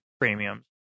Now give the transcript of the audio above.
premiums